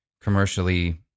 commercially